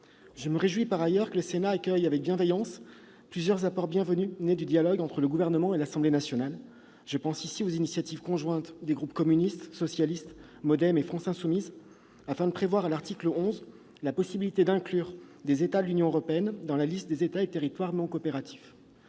Je me réjouis par ailleurs que le Sénat accueille avec bienveillance plusieurs apports bienvenus nés du dialogue entre le Gouvernement et l'Assemblée nationale. Je pense ici aux initiatives conjointes des groupes communistes, socialistes, Modem et France insoumise, afin de prévoir à l'article 11 la possibilité d'inclure des États de l'Union européenne dans la liste des États et territoires non coopératifs.